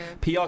PR